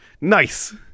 nice